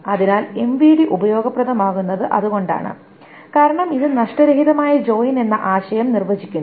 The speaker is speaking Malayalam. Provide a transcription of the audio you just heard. അതിനാൽ എംവിഡി ഉപയോഗപ്രദമാകുന്നത് അതുകൊണ്ടാണ് കാരണം ഇത് നഷ്ടരഹിതമായ ജോയിൻ എന്ന ആശയം നിർവ്വചിക്കുന്നു